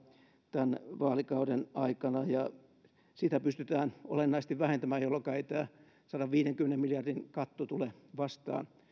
tämän vaalikauden aikana ja sitä pystytään olennaisesti vähentämään jolloinka ei tämä sadanviidenkymmenen miljardin katto tule vastaan